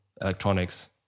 electronics